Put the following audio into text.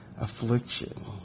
affliction